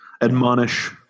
admonish